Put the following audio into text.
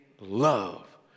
love